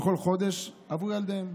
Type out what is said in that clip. בכל חודש עבור ילדיהם,